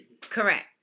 Correct